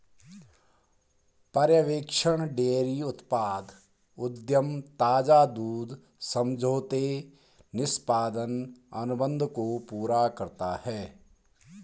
पर्यवेक्षण डेयरी उत्पाद उद्यम ताजा दूध समझौते निष्पादन अनुबंध को पूरा करता है